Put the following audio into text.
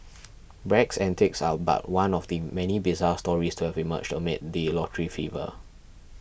Bragg's antics are but one of the many bizarre stories to have emerged amid the lottery fever